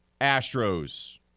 Astros